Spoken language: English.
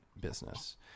business